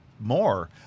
more